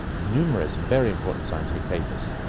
numerous very important scientific papers,